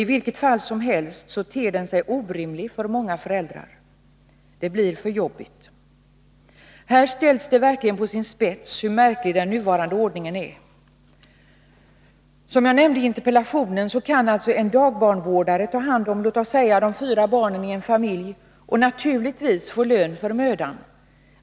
I vilket fall som helst ter den sig orimlig för många föräldrar. Det blir för jobbigt. Den nuvarande ordningen är märklig. Den saken sätts verkligen på sin spets. Som jag nämnde i interpellationen kan en dagbarnvårdare ta hand om alla fyra barnen i en familj — låt oss anta att det rör sig om fyra barn — och naturligtvis få lön för mödan.